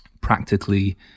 practically